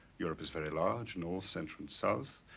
europe is very large, north, central and south.